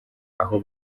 aho